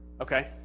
Okay